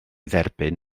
dderbyn